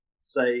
say